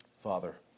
Father